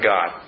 God